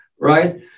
right